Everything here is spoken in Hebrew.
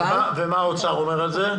ומה האוצר אומר על זה?